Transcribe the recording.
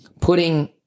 putting